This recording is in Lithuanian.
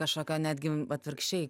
kažkokio netgi atvirkščiai